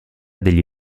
degli